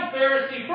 Pharisee